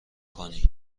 کنی